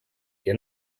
que